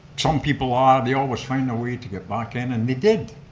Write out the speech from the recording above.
some people are, they always find a way to get back in and they did.